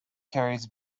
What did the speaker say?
carries